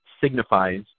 signifies